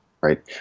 right